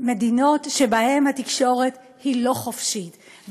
מדינות שבהן התקשורת היא לא חופשית,